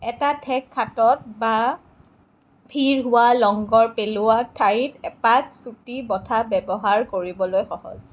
এটা ঠেক খাটত বা ভিৰ হোৱা লংগৰ পেলোৱা ঠাইত এপাত চুটি ব'ঠা ব্যৱহাৰ কৰিবলৈ সহজ